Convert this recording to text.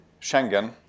Schengen